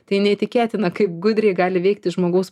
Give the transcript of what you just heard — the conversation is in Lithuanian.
tai neįtikėtina kaip gudriai gali veikti žmogaus